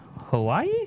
Hawaii